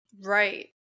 Right